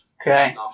Okay